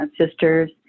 sisters